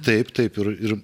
taip taip ir ir